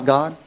God